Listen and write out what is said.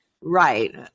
Right